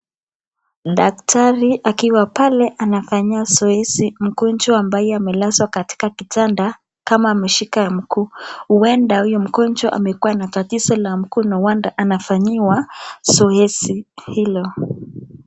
Daktari akiwa pale anafanya zoezi ya mgonjwa ambaye amelazwa katika kitanda kama ameshika mguu. Huenda huyo mgonjwa amekua na tatizo la mguu no wonder anafanyiwa zoezi hilo.